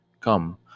come